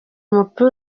umupira